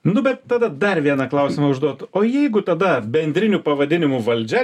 nu bet tada dar vieną klausimą užduotu o jeigu tada bendriniu pavadinimu valdžia